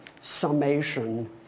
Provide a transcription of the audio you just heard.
summation